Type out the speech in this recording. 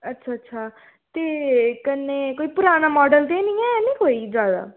अच्छा अच्छा ते कन्नै कोई पराना माडल ते ऐ निं ना कोई जैदा